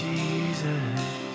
Jesus